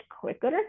quicker